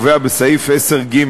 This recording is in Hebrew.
חוק כלי הירייה קובע, בסעיף 10ג,